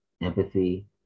empathy